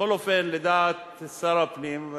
בכל אופן, לדעת שר הפנים,